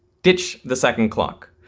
ditch the second clock.